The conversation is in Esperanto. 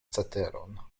ceteron